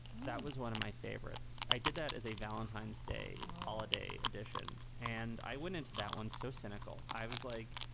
that was one of my favorites. i did that as a valentine's day holiday edition. and i went into that one. so cynical. i was like,